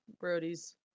Brody's